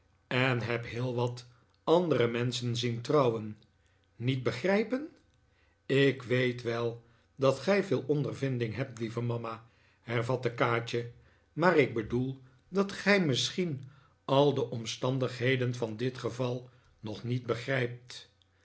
en heb heel wat andere menschen zien trouwen niet begrijpen ik weet wel dat gij veel ondervinding hebt lieve mama hervatte kaatje maar ik bedoel dat gij misschien al de omstandigheden van dit geval nog niet begrijpt